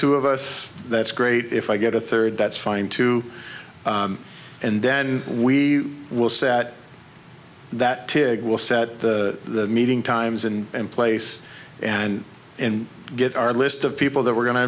two of us that's great if i get a third that's fine too and then we will set that tig will set the meeting times and place and and get our list of people that we're going to